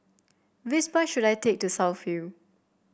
which bus should I take to South View